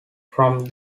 from